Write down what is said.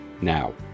Now